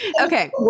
okay